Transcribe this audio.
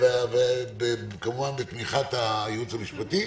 כמובן בתמיכת הייעוץ המשפטי.